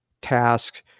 task